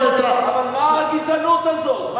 צריכים למצוא את, מה הגזענות הזאת?